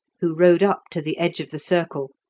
who rode up to the edge of the circle,